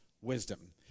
wisdom